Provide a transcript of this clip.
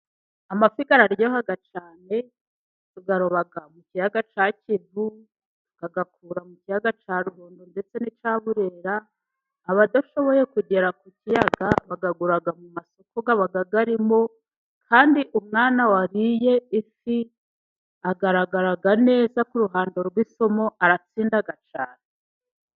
Amafi ka araryoha cyane tuyagaroba mu kiyaga cya Kivu, agakurwa mu kiyaga cya Ruhondo ndetse n'icya Burera Abadashoboye kugera ku kiyaga bayagura mu masoko aba arimo kandi umwana wariye ifi agaragaraga neza ku ruhando rw'isomo aratsinda cyane.